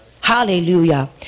Hallelujah